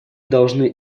должны